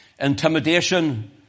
Intimidation